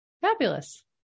Fabulous